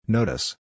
Notice